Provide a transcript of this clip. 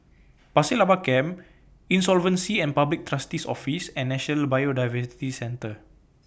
Pasir Laba Camp Insolvency and Public Trustee's Office and National Biodiversity Centre